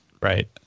Right